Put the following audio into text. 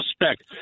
suspect